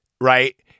right